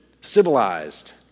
civilized